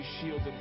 shielded